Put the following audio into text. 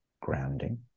grounding